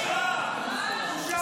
בושה וחרפה.